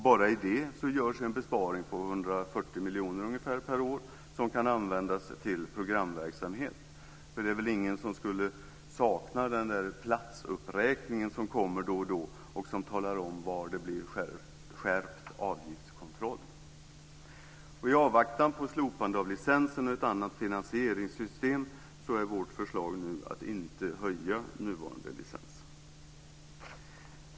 Bara i och med det görs en besparing på ungefär 140 miljoner per år som kan användas till programverksamhet. Det är väl ingen som skulle sakna den där platsuppräkningen, som kommer då och då och som talar om var det blir skärpt avgiftskontroll. I avvaktan på slopande av licensen och ett annat finansieringssystem är vårt förslag nu att man inte höjer nuvarande licens.